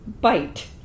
Bite